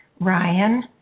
Ryan